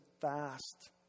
fast